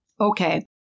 Okay